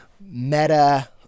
meta